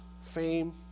fame